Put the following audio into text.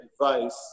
advice